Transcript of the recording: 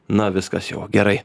na viskas jau gerai